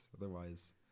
Otherwise